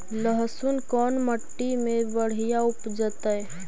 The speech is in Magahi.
लहसुन कोन मट्टी मे बढ़िया उपजतै?